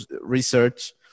research